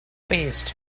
paste